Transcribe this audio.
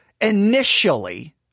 initially